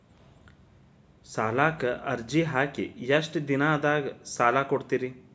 ಸಾಲಕ ಅರ್ಜಿ ಹಾಕಿ ಎಷ್ಟು ದಿನದಾಗ ಸಾಲ ಕೊಡ್ತೇರಿ?